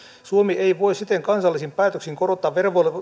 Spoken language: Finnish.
suomi ei voi siten kansallisin päätöksin korottaa